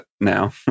now